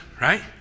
right